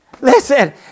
listen